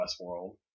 Westworld